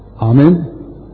Amen